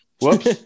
Whoops